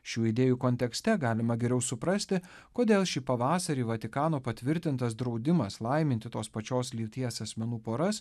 šių idėjų kontekste galima geriau suprasti kodėl šį pavasarį vatikano patvirtintas draudimas laiminti tos pačios lyties asmenų poras